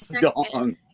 Dong